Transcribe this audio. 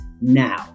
now